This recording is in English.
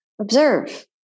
Observe